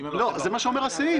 זה מה שאומר הסעיף.